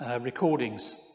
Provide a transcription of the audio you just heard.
recordings